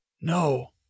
No